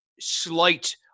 slight